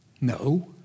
No